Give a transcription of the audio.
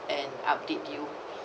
and update you